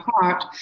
heart